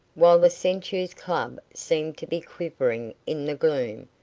while the centaur's club seemed to be quivering in the gloom,